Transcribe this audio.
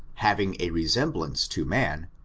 having a resemblance to man,